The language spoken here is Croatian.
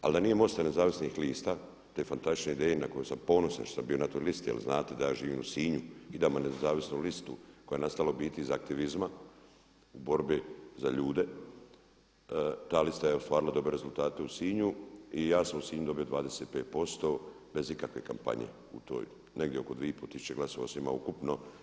Ali da nije MOST-a Nezavisnih lista te fantastične ideje na koje sam ponosan što sam bio na toj listi, jer znate da ja živim u Sinju i tamo nezavisnu listu koja je nastala u biti iz aktivizma u borbi za ljude, ta lista je ostvarila dobre rezultate u Sinju i ja sam u Sinju dobio 25% bez ikakve kampanje u toj, negdje oko 2,5 tisuće glasova sam imao ukupno.